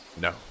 No